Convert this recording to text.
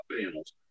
panels